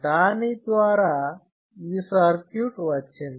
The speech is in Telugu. దాని ద్వారా ఈ సర్క్యూట్ వచ్చింది